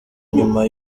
nyuma